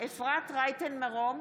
אפרת רייטן מרום,